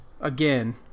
Again